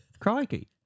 Crikey